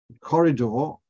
corridor